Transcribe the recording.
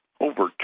Over